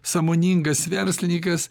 sąmoningas verslininkas